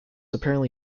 apparently